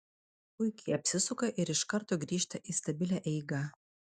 puikiai apsisuka ir iš karto grįžta į stabilią eigą